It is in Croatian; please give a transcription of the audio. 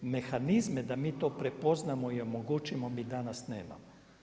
Mehanizme da mi to prepoznamo i omogućimo, mi danas nemamo.